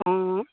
অঁ